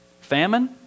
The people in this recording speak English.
famine